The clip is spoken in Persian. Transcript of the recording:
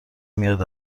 میاد